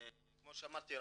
כמו שאמרתי,